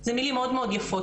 זה מילים מאוד מאוד יפות,